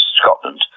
Scotland